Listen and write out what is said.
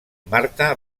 marta